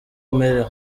amerewe